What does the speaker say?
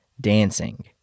dancing